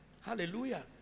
Hallelujah